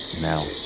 now